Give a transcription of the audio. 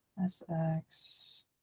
SX